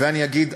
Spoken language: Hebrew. ואני אגיד,